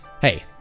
Hey